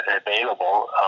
available